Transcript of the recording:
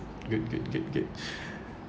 good good good good